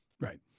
Right